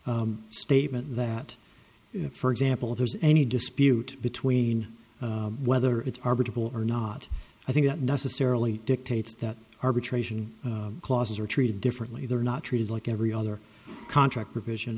statement that for example there's any dispute between whether it's our beautiful or not i think that necessarily dictates that arbitration clauses are treated differently they're not treated like every other contract pr